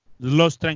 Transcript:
Los